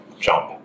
jump